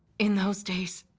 in those days,